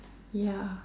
ya